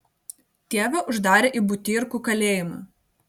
tėvą uždarė į butyrkų kalėjimą